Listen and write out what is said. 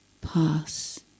pass